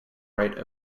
rite